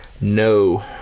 no